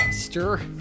Stir